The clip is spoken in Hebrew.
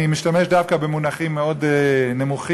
אני משתמש דווקא במונחים מאוד נמוכים,